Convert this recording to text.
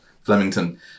Flemington